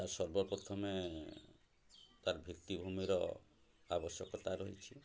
ଆଉ ସର୍ବପ୍ରଥମେ ତା'ର୍ ଭିତ୍ତିଭୂମିର ଆବଶ୍ୟକତା ରହିଛି